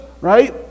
Right